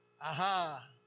aha